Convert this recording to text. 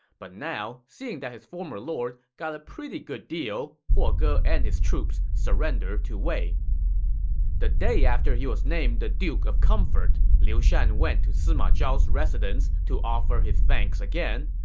but now, seeing that his former lord got a pretty good deal, huo ge and his troops surrendered to wei the day after he was named the duke of comfort, liu shan went to sima zhao's residence to offer his thanks again.